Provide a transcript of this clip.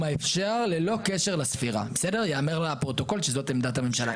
האפשרי ללא קשר לספירה ייאמר לפרוטוקול שזאת עמדת הממשלה.